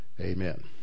Amen